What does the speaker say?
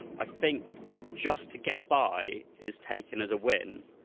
i think just to get by is taken as a win,